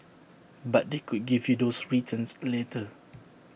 but they could give you those returns later